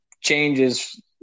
changes